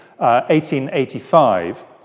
1885